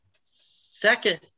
second